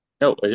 No